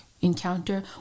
encounter